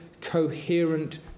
coherent